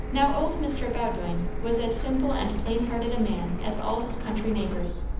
now old mr. bowdoin was as simple and plain-hearted a man as all his country neighbours,